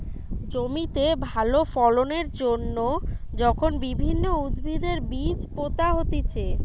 জমিতে ভালো ফলন এর জন্যে যখন বিভিন্ন উদ্ভিদের বীজ পোতা হতিছে